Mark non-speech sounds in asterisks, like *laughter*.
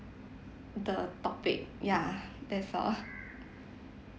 the topic ya that's all *breath*